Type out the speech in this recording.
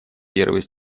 первый